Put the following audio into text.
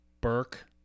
Burke